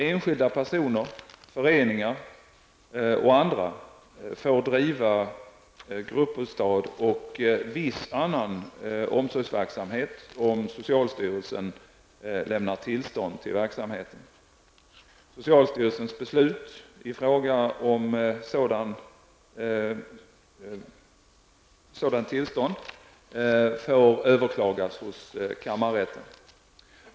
Enskilda personer, föreningar och andra får driva gruppbostad och viss annan omsorgsverksamhet om socialstyrelsen lämnar tillstånd till verksamheten. Socialstyrelsens beslut i fråga om sådant tillstånd får överklagas hos kammarrätten.